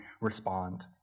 respond